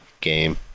game